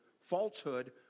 falsehood